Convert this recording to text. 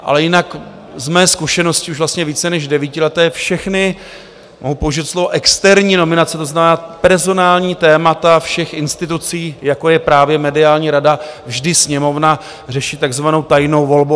Ale jinak z mé zkušenosti už vlastně více než devítileté všechny, mohu použít slovo, externí nominace, to znamená personální témata všech institucí, jako je právě mediální rada, vždy Sněmovna řeší takzvanou tajnou volbou.